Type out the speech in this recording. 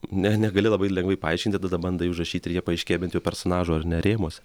ne negali labai lengvai paaiškinti tada bandai užrašyti ir jie paaiškėja bet jau personažo ar ne rėmuos